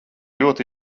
ļoti